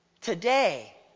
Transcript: today